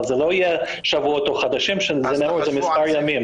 אבל זה לא יהיה שבועות או חודשים, אלא מספר ימים.